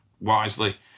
wisely